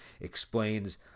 explains